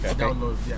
Okay